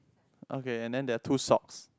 okay and then there are two socks